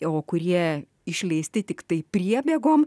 o kurie išleisti tiktai priebėgom